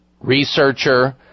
researcher